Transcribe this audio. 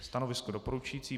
Stanovisko doporučující.